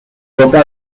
toca